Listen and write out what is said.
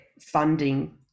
funding